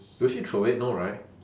will she throw it no right